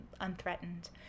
unthreatened